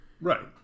right